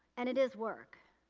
and it is work.